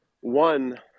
one